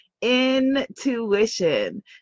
Intuition